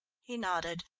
he nodded.